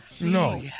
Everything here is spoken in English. No